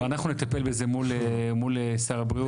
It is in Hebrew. טוב, אנחנו נטפל בזה מול שר הבריאות.